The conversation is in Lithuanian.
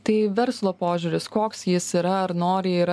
tai verslo požiūris koks jis yra ar noriai yra